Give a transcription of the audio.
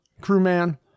Crewman